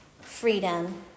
freedom